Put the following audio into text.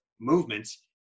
movements